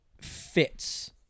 fits